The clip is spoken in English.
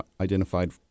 identified